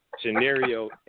scenario